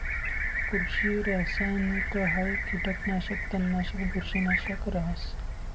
कृषि रासायनिकहाई कीटकनाशक, तणनाशक, बुरशीनाशक रहास